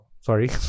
Sorry